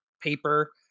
paper